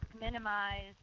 minimize